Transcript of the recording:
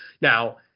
now